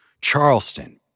Charleston